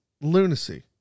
lunacy